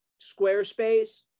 Squarespace